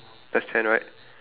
just ten right